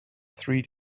three